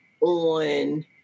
on